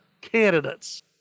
candidates